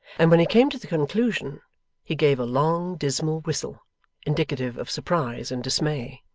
and when he came to the conclusion he gave a long dismal whistle indicative of surprise and dismay.